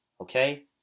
Okay